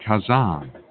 Kazan